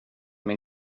min